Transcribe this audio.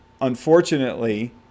unfortunately